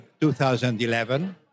2011